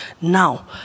Now